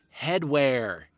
headwear